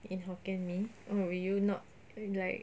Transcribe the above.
in hokkien mee or will you not like